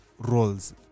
roles